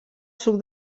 suc